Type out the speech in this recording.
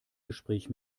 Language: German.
gespräch